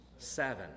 Seven